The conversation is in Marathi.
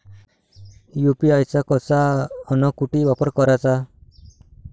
यू.पी.आय चा कसा अन कुटी वापर कराचा?